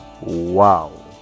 Wow